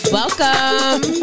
welcome